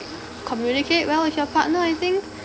communicate well with your partner I think